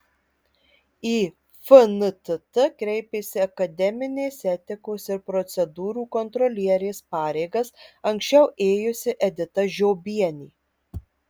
į fntt kreipėsi akademinės etikos ir procedūrų kontrolierės pareigas anksčiau ėjusi edita žiobienė